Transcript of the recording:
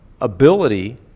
ability